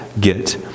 get